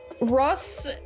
Ross